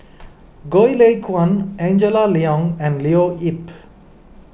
Goh Lay Kuan Angela Liong and Leo Yip